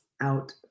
out